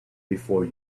before